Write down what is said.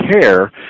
care